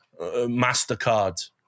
Mastercard